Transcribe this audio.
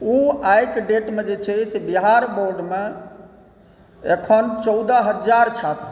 ओ आइके डेटमे जे छै से बिहार गवर्न्मेंटमे अखन चौदह हज़ार छात्र छै